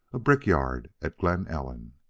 a brickyard at glen ellen.